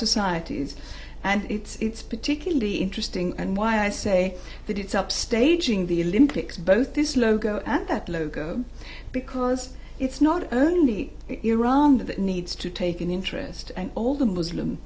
societies and it's particularly interesting and why i say that it's upstaging the lympics both this logo and that logo because it's not only iran that needs to take an interest and all the muslim